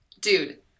Dude